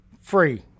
free